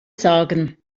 sagen